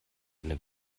eine